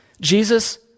Jesus